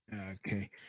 Okay